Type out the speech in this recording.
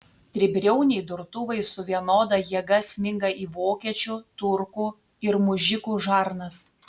tribriauniai durtuvai su vienoda jėga sminga į vokiečių turkų ir mužikų žarnas